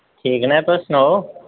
ठीक नै तुस सनाओ